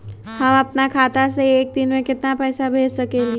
हम अपना खाता से एक दिन में केतना पैसा भेज सकेली?